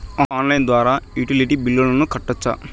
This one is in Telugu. ఆన్లైన్ ద్వారా యుటిలిటీ బిల్లులను కట్టొచ్చా?